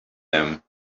them